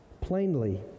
plainly